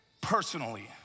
personally